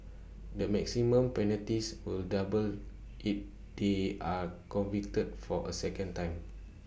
the maximum penalties will double if they are convicted for A second time